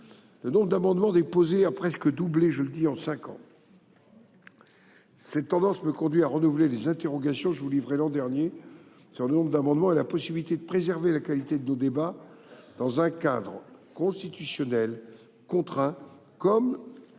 Le nombre d’amendements déposés a presque doublé en cinq ans. Cette tendance me conduit, mes chers collègues, à renouveler les interrogations que je vous livrais l’an dernier sur le nombre d’amendements et la possibilité de préserver la qualité de nos débats dans un cadre constitutionnel aussi contraint que